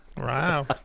wow